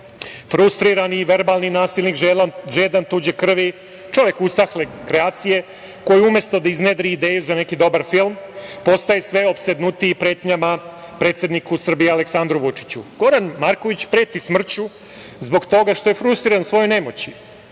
frustrirani i verbalni nasilnik, žedan tuđe krvi, čovek usahle kreacije koji umesto da iznedri ideje za neki dobar film, postaje sve opsednutiji pretnjama predsedniku Srbije Aleksandru Vučiću. Goran Marković preti smrću zbog toga što je frustriran svojom nemoći.